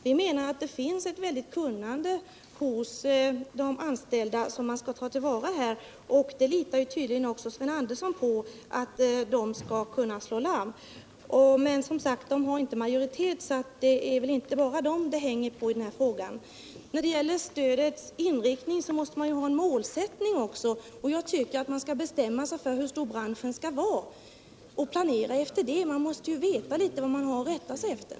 Vi anser att det hos de anställda finns ett väldigt kunnande som man bör ta till vara, och även Sven Andersson i Örebro litar tydligen på att de skall slå larm om det skulle behövas. Eftersom de som sagt inte har majoriteten hänger emellertid avgörandet i den här frågan inte bara på dem. Man måste också ha en målsättning för stödets inriktning, och jag tycker man först bör bestämma sig för hur stor branschen skall vara och sedan planera i förhållande till det — man måste ju veta vad man har att rätta sig efter.